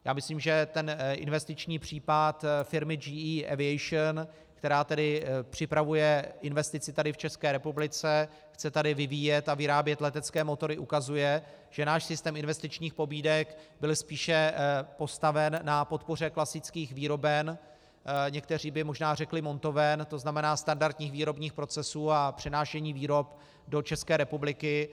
Já myslím, že investiční případ firmy GE Aviation, která připravuje investici tady v České republice, chce tady vyvíjet a vyrábět letecké motory, ukazuje, že náš systém investičních pobídek byl spíše postaven na podpoře klasických výroben, někteří by možná řekli montoven, tzn. standardních výrobních procesů a přenášení výrob do České republiky.